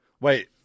Wait